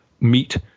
meet